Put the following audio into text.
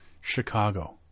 Chicago